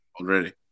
already